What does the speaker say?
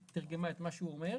תרגמו את מה שהוא אומר,